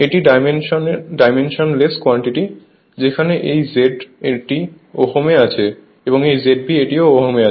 এটি dimensionless quantity যেখানে এই Z টি Ω এ আছে এবং এই ZB টি ও Ω এ